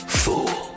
fool